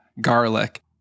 garlic